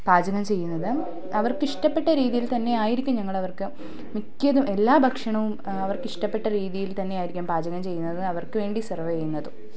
പാചകം ചെയ്യുന്നത് അവർക്കിഷ്ട്ടപ്പെട്ട രീതിയിൽ തന്നെയായിരിക്കും ഞങ്ങളവർക്ക് മിക്കതും എല്ലാ ഭക്ഷണവും അവർക്കിഷ്ട്ടപ്പെട്ട രീതിയിലായിരിക്കും പാചകം ചെയ്യുന്നത് അവർക്ക് വേണ്ടി സെർവ് ചെയ്യുന്നതും